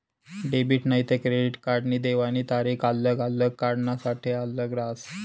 debit नैते credit कार्डनी देवानी तारीख आल्लग आल्लग कार्डसनासाठे आल्लग रहास